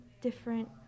different